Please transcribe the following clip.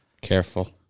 Careful